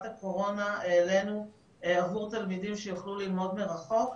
הקורונה העלינו עבור תלמידים שיוכלו ללמוד מרחוק.